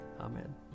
Amen